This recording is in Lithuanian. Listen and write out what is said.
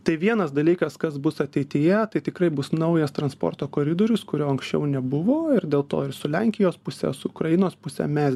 tai vienas dalykas kas bus ateityje tai tikrai bus naujas transporto koridorius kurio anksčiau nebuvo ir dėl to ir su lenkijos puse su ukrainos puse mes